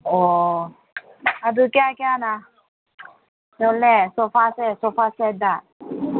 ꯑꯣ ꯑꯗꯨ ꯀꯌꯥ ꯀꯌꯥꯅ ꯆꯠꯂꯦ ꯁꯣꯐꯥꯁꯦ ꯁꯣꯐꯥ ꯁꯦꯠꯇ